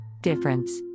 Difference